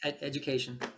education